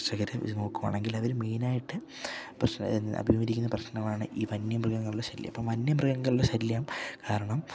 കർഷകർ ഇത് നോക്കുവാണെങ്കിൽ അവർ മെയിനായിട്ട് അഭിമുഖരിക്കുന്ന പ്രശ്നമാണ് ഈ വന്യമൃഗങ്ങളുടെ ശല്യം അപ്പം വന്യമൃഗങ്ങളുടെ ശല്യം കാരണം